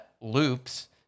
loops